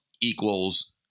equals